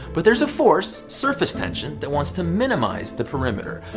but there's a force, surface tension, that wants to minimize the perimeter.